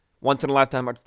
Once-in-a-lifetime